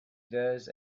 does